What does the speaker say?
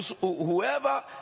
whoever